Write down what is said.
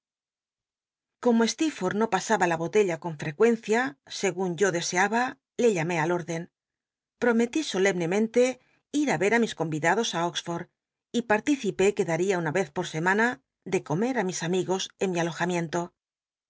como steerforth no pasaba in botella con frecuencia según yo deseaba le llamé al orden prometí solemnemente ii i r er á mis comidados oxford y participé que daría una vez por semana de comer ú mis amigos en mi alojamiento